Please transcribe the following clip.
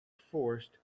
forced